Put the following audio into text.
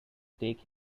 take